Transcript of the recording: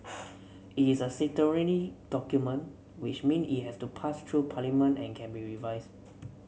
it's a statutory document which mean it has to pass through parliament and can be revised